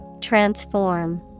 Transform